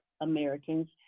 Americans